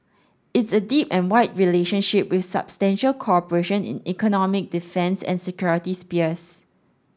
it's a deep and wide relationship with substantial cooperation in economic defence and security spheres